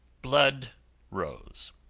blood rose.